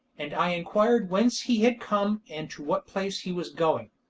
and i inquired whence he had come and to what place he was going.